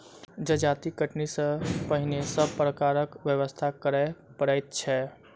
जजाति कटनी सॅ पहिने सभ प्रकारक व्यवस्था करय पड़ैत छै